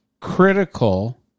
critical